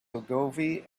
ogilvy